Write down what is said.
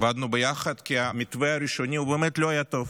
עבדנו יחד כי המתווה הראשוני באמת לא היה טוב.